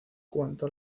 cuanto